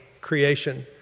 creation